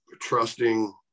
trusting